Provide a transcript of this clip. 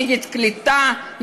נגד קליטה,